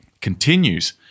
continues